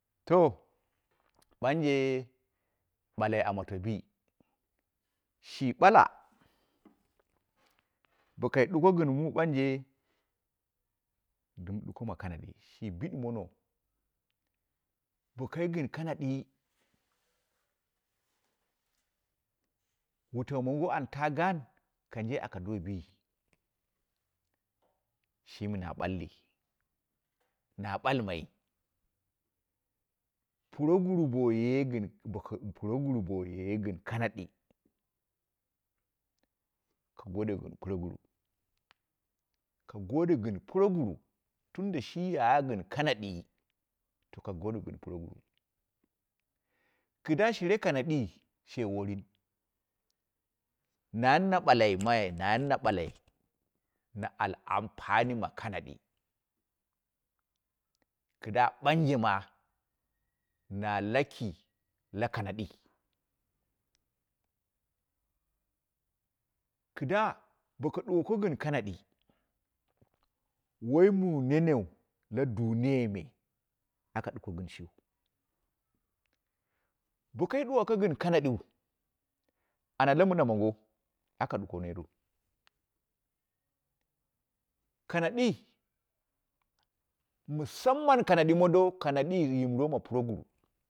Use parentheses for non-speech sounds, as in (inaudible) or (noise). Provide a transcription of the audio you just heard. To bunje baku a moto bii, shi bala, bo kai duko gɨn muu bausi ɗim duko mu kanadi, shi biɗa momo bo kai gɨn kanadi, wutau mango an ta gaan kanje aka do bii, shimi na balli, na balmai, progara boye gɨn boko, proguru boye gɨn kanadi ka gode gɨn proguru, ka gode gɨn proguru tunda shi ya'ha gɨn kanadi to ko gode gɨn proguru, kida shire kanadi, she worin, nani na balai mai nani na balai na al ampani ma kanadi, kɨda ɓanje ma, na laki la kanaɗii, kida boka duwako gɨn kanadi wai muu neneu la duniyaime aka ɗuko gɨn shiu, bokai duwaka gɨn kanaɗiu, ana la mina mongo, aka ɗuko neet wu, kanadii musamman kanadi mondo kanadi (unintelligible) ma proguru.